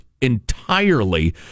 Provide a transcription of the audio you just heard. entirely